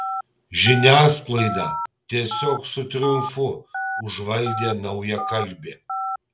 žiniasklaidą tiesiog su triumfu užvaldė naujakalbė